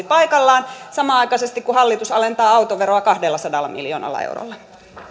paikallaan samanaikaisesti kun hallitus alentaa autoveroa kahdellasadalla miljoonalla eurolla